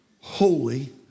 holy